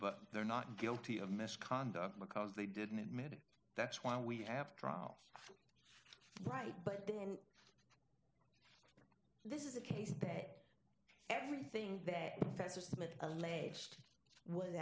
but they're not guilty of misconduct because they didn't admit it that's why we have trials right but then this is a case that everything that fester smith alleged was